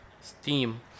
steam